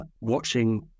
watching